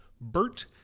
Bert